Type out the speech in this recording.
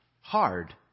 hard